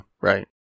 right